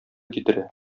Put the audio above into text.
китерә